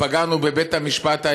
פגענו בבית-המשפט העליון.